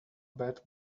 bad